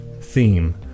theme